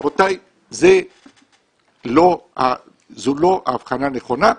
רבותיי, זו לא ההבחנה הנכונה.